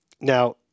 Now